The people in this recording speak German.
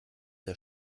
der